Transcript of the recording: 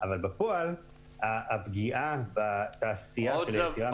אבל בפועל הפגיעה בתעשייה היא פגיעה.